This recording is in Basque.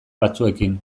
batzuekin